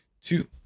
two